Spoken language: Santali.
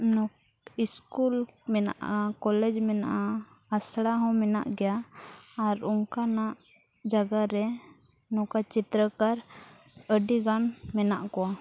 ᱥᱠᱩᱞ ᱢᱮᱱᱟᱜᱼᱟ ᱠᱚᱞᱮᱡᱽ ᱢᱮᱱᱟᱜᱼᱟ ᱟᱥᱲᱟ ᱦᱚᱸ ᱢᱮᱱᱟᱜ ᱜᱮᱭᱟ ᱟᱨ ᱚᱱᱠᱟᱱᱟᱜ ᱡᱟᱜᱟ ᱨᱮ ᱱᱚᱝᱠᱟ ᱪᱤᱛᱨᱚᱠᱟᱨ ᱟᱹᱰᱤ ᱜᱟᱱ ᱢᱮᱱᱟᱜ ᱠᱚᱣᱟ